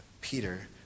Peter